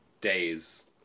days